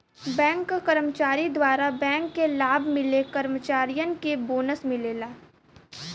bank क कर्मचारी द्वारा बैंक के लाभ मिले कर्मचारियन के बोनस मिलला